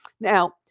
Now